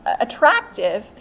attractive